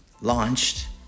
launched